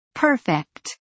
Perfect